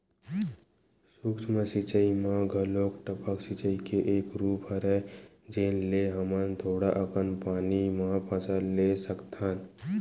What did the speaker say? सूक्ष्म सिचई म घलोक टपक सिचई के एक रूप हरय जेन ले हमन थोड़ा अकन पानी म फसल ले सकथन